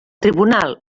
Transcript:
tribunal